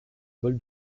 bol